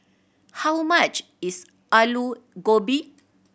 how much is Alu Gobi